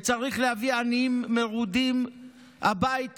צריך להביא עניים מרודים הביתה.